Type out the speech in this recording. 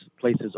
places